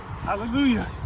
Hallelujah